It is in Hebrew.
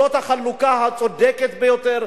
זאת החלוקה הצודקת ביותר,